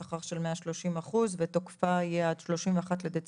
בשכר של 130 אחוז ותוקפה יהיה עד 31 בדצמבר